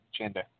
agenda